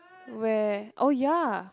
where oh ya